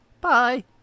bye